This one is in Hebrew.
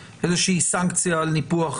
עסקתי שנים בעולם